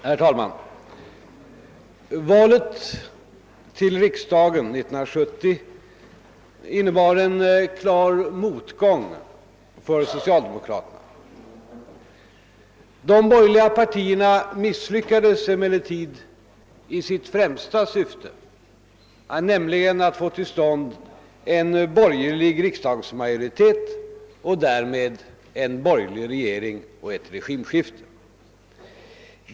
Herr talman! Valet till riksdagen 1970 blev en klar motgång för socialdemokraterna. De borgerliga partierna misslyckades emellertid i sitt främsta syfte, nämligen att få till stånd en borgerlig riksdagsmajoritet och därmed en borgerlig regering och ett regimskifte.